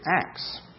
Acts